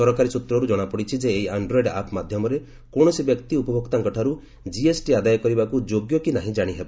ସରକାରୀ ସୂତ୍ରରୁ ଜଣାପଡ଼ିଛି ଯେ ଏହି ଆଣ୍ଡ୍ରଏଡ୍ ଆପ୍ ମାଧ୍ୟମରେ କୌଣସି ବ୍ୟକ୍ତି ଉପଭୋକ୍ତାଙ୍କଠାରୁ ଜିଏସ୍ଟି ଆଦାୟ କରିବାକୁ ଯୋଗ୍ୟ କି ନାହିଁ ଜାଣି ହେବ